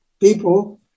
people